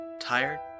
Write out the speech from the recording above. Tired